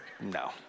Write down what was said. no